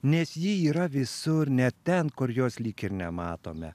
nes ji yra visur net ten kur jos lyg ir nematome